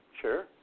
Sure